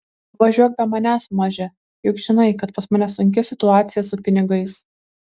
važiuok be manęs maže juk žinai kad pas mane sunki situaciją su pinigais